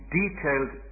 detailed